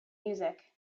music